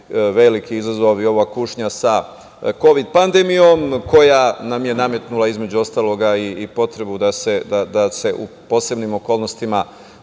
veliki izazov i ova kušnja sa kovid pandemijom koja nam je nametnula, između ostalog, i potrebu da se u posebnim okolnostima